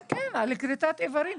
כן, על כריתת איברים.